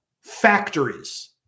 factories